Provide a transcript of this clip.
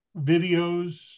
videos